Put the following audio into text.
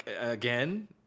again